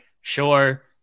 sure